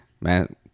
man